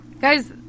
Guys